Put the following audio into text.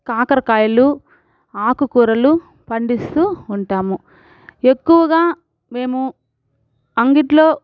కాకర కాయలు ఆకు కూరలు పండిస్తు ఉంటాము ఎక్కువగా మేము అంగట్లో